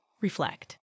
Reflect